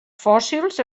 fòssils